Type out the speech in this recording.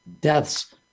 deaths